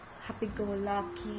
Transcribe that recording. happy-go-lucky